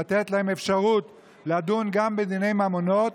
לתת להם אפשרות לדון גם בדיני ממונות,